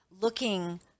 looking